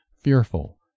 fearful